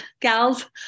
gals